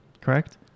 Correct